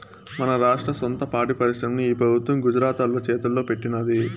మన రాష్ట్ర సొంత పాడి పరిశ్రమని ఈ పెబుత్వం గుజరాతోల్ల చేతల్లో పెట్టినాది